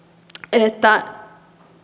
että